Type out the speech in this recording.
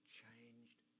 changed